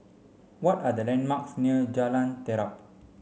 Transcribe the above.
what are the landmarks near Jalan Terap